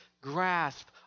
grasp